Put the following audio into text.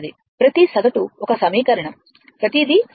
ప్రతి సగటు ఒకే సమీకరణం ప్రతిదీ సరైనది